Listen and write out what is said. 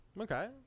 Okay